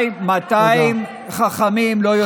ו-200 חכמים לא יצליחו להוציא אותה.